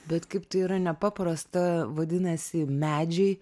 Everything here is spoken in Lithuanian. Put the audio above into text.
bet kaip tai yra nepaprasta vadinasi medžiai